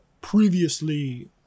previously